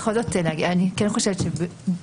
נגעתי בו בפתח דבריי.